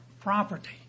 property